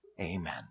Amen